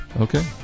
Okay